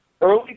Early